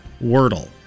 Wordle